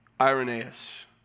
Irenaeus